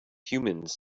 humans